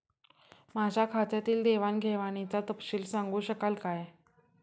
माझ्या खात्यातील देवाणघेवाणीचा तपशील सांगू शकाल काय?